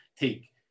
take